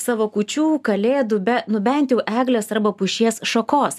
savo kūčių kalėdų be nu bent jau eglės arba pušies šakos